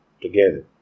together